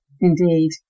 indeed